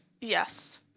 Yes